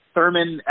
Thurman